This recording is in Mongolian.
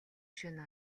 шөнө